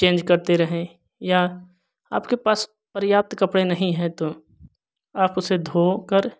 change करते रहें या आपके पास पर्याप्त कपड़े नहीं हैं तो आप उसे धोकर